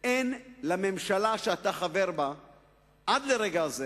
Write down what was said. אין לממשלה שאתה חבר בה עד לרגע זה